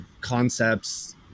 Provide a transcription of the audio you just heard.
concepts